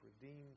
redeemed